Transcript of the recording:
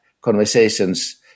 conversations